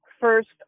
first